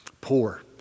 poor